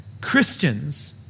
Christians